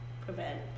prevent